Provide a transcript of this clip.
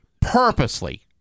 purposely